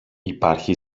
υπάρχει